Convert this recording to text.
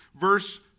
verse